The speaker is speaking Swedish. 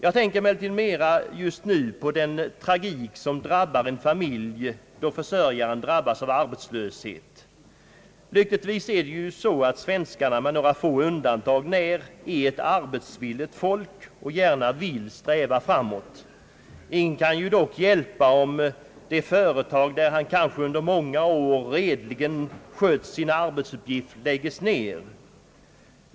Jag tänker emellertid just nu mera på den tragik som drabbar en familj då försörjaren drabbas av arbetslöshet. Lyckligtvis är ju svenskarna på några få undantag när ett arbetsvilligt folk som gärna vill sträva framåt. Ingen kan dock hjälpa, om det företag, där man kanske under många år redligen skött sin arbetsuppgift, lägges ner.